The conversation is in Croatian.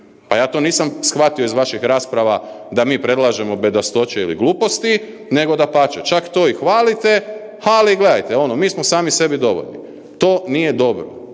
Pa ja to nisam shvatio iz vaših rasprava da mi predlažemo bedastoće ili gluposti nego dapače, čak to i hvalite, ali gledajte, ono, mi smo sami sebi dovoljni. To nije dobro.